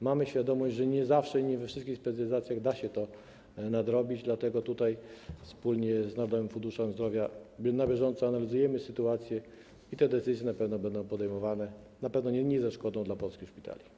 Mamy świadomość, że nie zawsze i nie we wszystkich specjalizacjach da się to nadrobić, dlatego tutaj wspólnie z Narodowym Funduszem Zdrowia na bieżąco analizujemy sytuację i te decyzje, które będą podejmowane, na pewno nie zaszkodzą polskim szpitalom.